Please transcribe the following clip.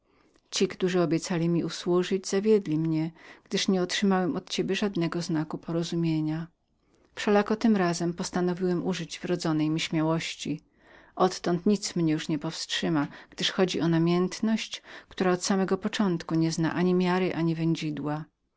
ci którzy obiecali usłużyć mi zawiedli mnie bez wątpienia gdyż nie otrzymałem od ciebie żadnego znaku porozumienia wszelako tym razem postanowiłem użyć wrodzonej mi śmiałości odtąd nic mnie już nie zatrzyma gdyż skoro chodzi o namiętność gwałtowny mój sposób myślenia w samym początku nie zna ani miary ani wędzidła